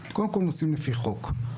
קודם כל נוסעים לפי חוק,